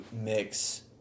mix